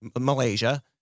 Malaysia